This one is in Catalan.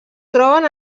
troben